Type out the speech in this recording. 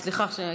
סליחה.